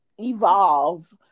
evolve